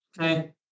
Okay